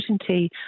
certainty